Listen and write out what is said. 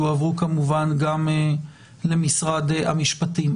והם יועברו כמובן גם למשרד המשפטים.